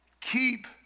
keep